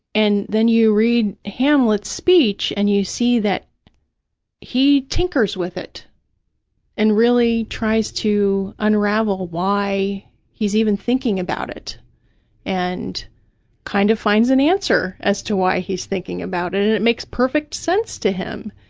and then you read hamlet's speech and you see that he tinkers with it and really tries to unravel why he's even thinking about it and kind of finds an answer as to why he's thinking about it, and it makes perfect sense to him.